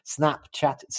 Snapchat